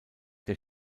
der